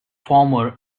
former